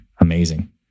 amazing